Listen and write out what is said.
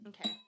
Okay